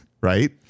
right